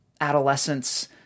adolescence